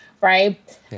right